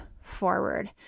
forward